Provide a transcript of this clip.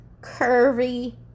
curvy